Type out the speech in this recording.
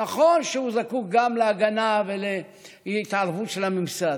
נכון שהוא זקוק גם להגנה ולהתערבות של הממסד,